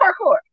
parkour